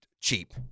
cheap